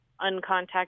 uncontacted